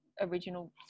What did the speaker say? original